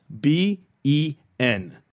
B-E-N